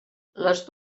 les